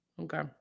Okay